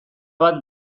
bat